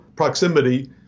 proximity